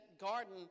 garden